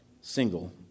single